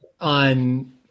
on